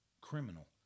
criminal